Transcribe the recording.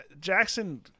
Jackson